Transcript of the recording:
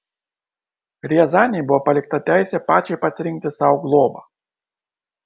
riazanei buvo palikta teisė pačiai pasirinkti sau globą